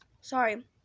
sorry